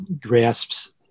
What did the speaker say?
grasps